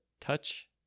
touch